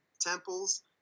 temples